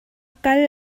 kal